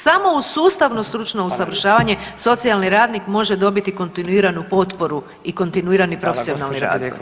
Samo uz sustavno stručno usavršavanje socijalni radnik može dobiti kontinuiranu potporu i kontinuirani profesionalni razvoj.